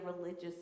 religious